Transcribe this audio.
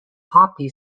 poppy